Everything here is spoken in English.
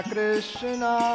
Krishna